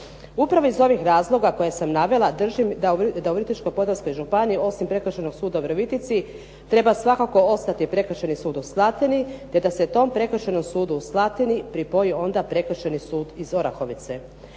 Upravo iz ovih razloga koje sam navela držim da u Virovitičko-podravskoj županiji osim Prekršajnog suda u Virovitici treba svakako ostati Prekršajni sud u Slatini, te da se tom Prekršajnom sudu u Slatini pripoji onda Prekršajni sud iz Orahovice.